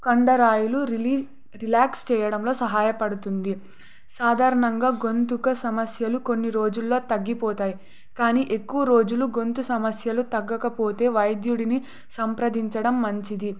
కండరాలు రిలీ రిలాక్స్ చేయడంలో సహాయపడుతుంది సాధారణంగా గొంతు సమస్యలు కొన్ని రోజులలో తగ్గిపోతాయి కానీ ఎక్కువ రోజులు గొంతు సమస్యలు తగ్గకపోతే వైద్యుడిని సంప్రదించడం మంచిది